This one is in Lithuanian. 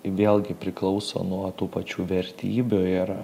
vėlgi priklauso nuo tų pačių vertybių ir